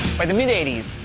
by the mid eighty s,